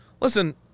Listen